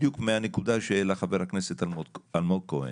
בדיוק מהנקודה שהעלה חבר הכנסת אלמוג כהן.